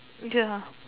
ya